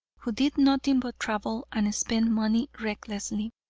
who did nothing but travel and spend money recklessly.